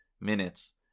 minutes